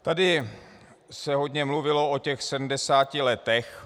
Tady se hodně mluvilo o těch 70 letech.